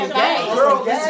girl